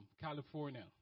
California